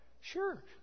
Sure